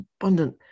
abundant